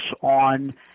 on